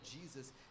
Jesus